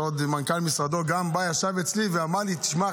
שמנכ"ל משרדו ישב אצלי ואמר לי: שמע,